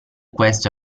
questo